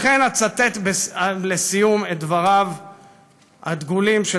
לכן אצטט לסיום את דבריו הדגולים של